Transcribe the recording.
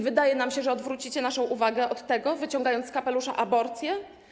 Wydaje wam się, że odwrócicie naszą uwagę od tego, wyciągając z kapelusza aborcję.